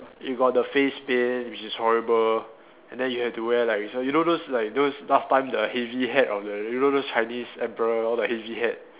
you got the face paint which is horrible and then you have to wear like you know those like those last time the heavy hat on the you know those Chinese emperor all the heavy hat